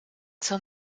zur